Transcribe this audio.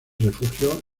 refugió